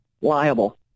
liable